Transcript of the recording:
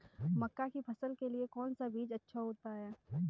मक्का की फसल के लिए कौन सा बीज अच्छा होता है?